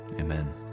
amen